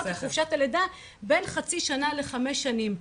את חופשת הלידה בין חצי שנה לחמש שנים,